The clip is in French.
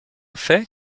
fait